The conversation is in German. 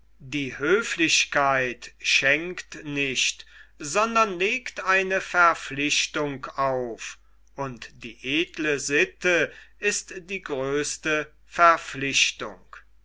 die höflichkeit schenkt nicht sondern legt eine verpflichtung auf und die edle sitte ist die größte verpflichtung